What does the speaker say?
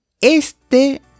este